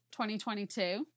2022